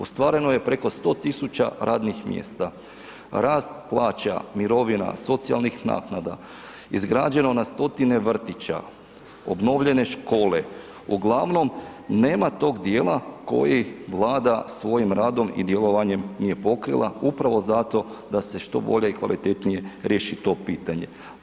Ostvareno je preko 100.000 radnih mjesta, rast plaća, mirovina, socijalnih naknada, izgrađeno na stotine vrtića, obnovljene škole, uglavnom nema tog dijela koji Vlada svojim radom i djelovanjem nije pokrila upravo zato da se što bolje i kvalitetnije riješi to pitanje.